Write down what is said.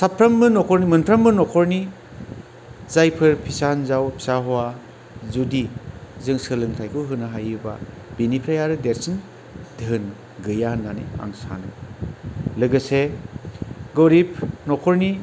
साफ्रोमबो न'खरनि मोनफ्रोमबो न'खरनि जायफोर फिसा हिनजाव फिसा हौवा जुदि जों सोलोंथाइखौ होनो हायोबा बिनिफ्राय आरो देरसिन धोन गैया होन्नानै आं सानो लोगोसे गरिब नखरनि